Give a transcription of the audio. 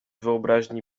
wyobraźni